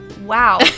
Wow